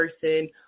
person